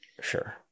Sure